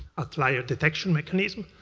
ah like detection mechanism.